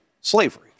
slavery